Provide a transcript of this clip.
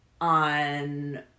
on